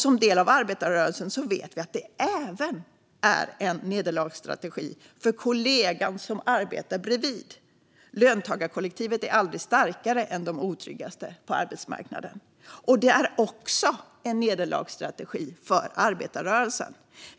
Som del av arbetarrörelsen vet vi att det även är en nederlagsstrategi för kollegan som arbetar bredvid. Löntagarkollektivet är aldrig starkare än de otryggaste på arbetsmarknaden. Det är också en nederlagsstrategi för arbetarrörelsen.